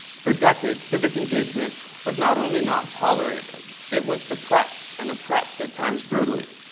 for decades, civic engagement was not only not tolerated it was suppressed and oppressed, at times, brutally.